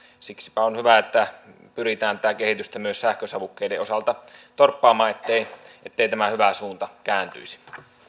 siksipä on hyvä että pyritään tätä kehitystä myös sähkösavukkeiden osalta torppaamaan ettei tämä hyvä suunta kääntyisi